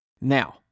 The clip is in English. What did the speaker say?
Now